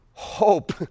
hope